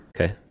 Okay